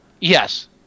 Yes